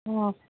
ꯑꯣ